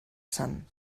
se’n